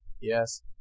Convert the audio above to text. Yes